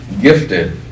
gifted